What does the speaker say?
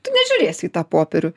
tu nežiūrėsi į tą popierių